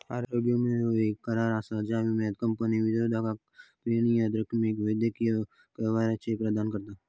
आरोग्य विमो ह्यो येक करार असा ज्यात विमो कंपनी विमाधारकाक प्रीमियम रकमेक वैद्यकीय कव्हरेज प्रदान करता